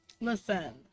Listen